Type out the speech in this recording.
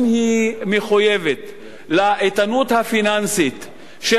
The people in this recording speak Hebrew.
אם היא מחויבת לאיתנות הפיננסית של